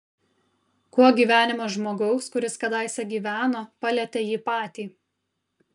kuo gyvenimas žmogaus kuris kadaise gyveno palietė jį patį